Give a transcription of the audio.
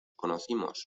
conocimos